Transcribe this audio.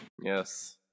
Yes